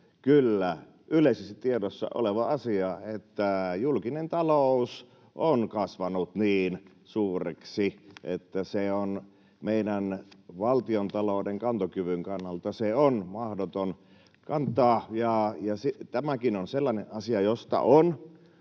kyllä yleisesti tiedossa oleva asia, että julkinen talous on kasvanut niin suureksi, että sitä on meidän valtiontalouden kantokyvyn kannalta mahdoton kantaa. Tämäkin on sellainen asia, jota on